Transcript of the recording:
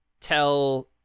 Tell